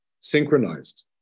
synchronized